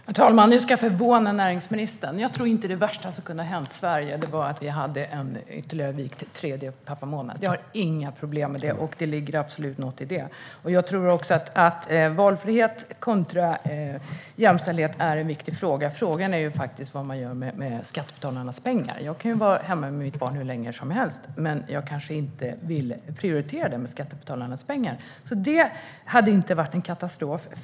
Herr talman! Nu ska jag förvåna näringsministern. Jag tror inte att det värsta som kunde ha hänt hade varit att vi fått ytterligare en vikt pappamånad, en tredje sådan. Jag har inga problem med det, och det ligger absolut något i det. Jag tror också att valfrihet kontra jämställdhet är en viktig fråga. Frågan är faktiskt vad man gör med skattebetalarnas pengar. Jag kan ju vara hemma med mitt barn hur länge som helst, men jag kanske inte vill prioritera det med skattebetalarnas pengar. För mig hade detta alltså inte varit en katastrof.